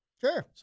Sure